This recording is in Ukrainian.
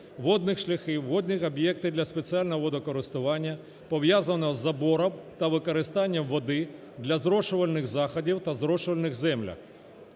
водних шляхів, водних об'єктів для спеціального водокористування, пов'язаного із забором та використанням води для зрошувальних заходів на зрошувальних землях.